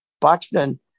Buxton